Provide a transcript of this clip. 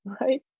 Right